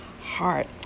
heart